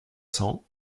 cents